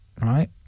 right